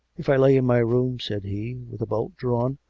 if i lay in my room, said he, with a bolt drawn,